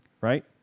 Right